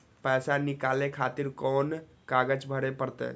पैसा नीकाले खातिर कोन कागज भरे परतें?